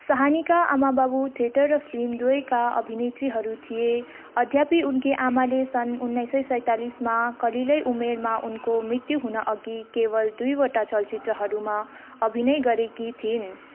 साहनीका आमाबाबु थिएटर र फिल्म दुवैका अभिनेत्रीहरू थिए यद्यपि उनकी आमाले सन् उन्नाइस सय सैँतालिसमा कलिलै उमेरमा उनको मृत्यु हुनुअघि केवल दुईवटा चलचित्रहरूमा अभिनय गरेकी थिइन्